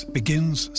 begins